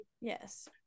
Yes